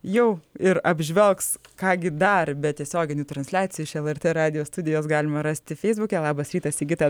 jau ir apžvelgs ką gi dar be tiesioginių transliacijų iš elartė radijo studijos galima rasti feisbuke labas rytas sigita